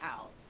out